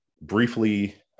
briefly